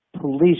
police